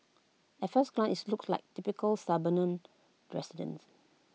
at first glance IT looks like typical suburban residence